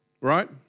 right